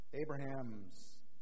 Abraham's